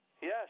Yes